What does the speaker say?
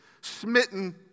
smitten